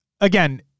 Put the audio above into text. again